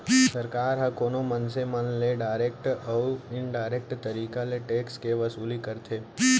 सरकार ह कोनो मनसे मन ले डारेक्ट अउ इनडारेक्ट तरीका ले टेक्स के वसूली करथे